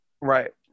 Right